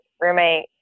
roommate